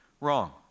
Wrong